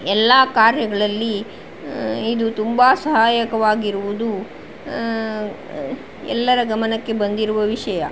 ಎಲ್ಲ ಕಾರ್ಯಗಳಲ್ಲಿ ಇದು ತುಂಬ ಸಹಾಯಕವಾಗಿರುವುದು ಎಲ್ಲರ ಗಮನಕ್ಕೆ ಬಂದಿರುವ ವಿಷಯ